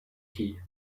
tea